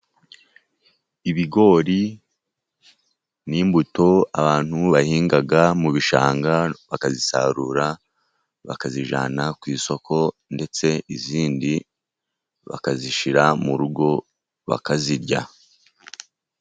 Ibigori ni imbuto abantu bahinga mu bishanga, bakazisarura, bakazijyana ku isoko ndetse izindi bakazishyira mu rugo bakazirya.